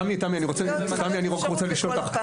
תמי אני רק רוצה לשאול אותך,